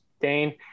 Dane